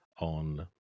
on